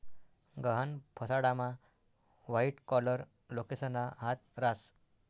गहाण फसाडामा white collar लोकेसना हात रास